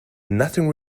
nothing